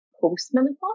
post-menopause